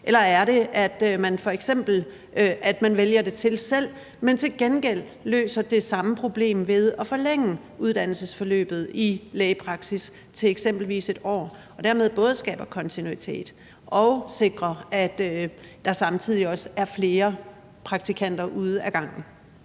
eller er det, at man f.eks. selv kan vælge det til, og at problemet til gengæld løses ved at forlænge uddannelsesforløbet i lægepraksis til eksempelvis 1 år, så man dermed både skaber kontinuitet og sikrer, at der samtidig også er flere praktikanter ude ad gangen?